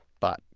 but,